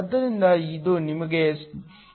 ಆದ್ದರಿಂದ ಇದು ನಿಮಗೆ 0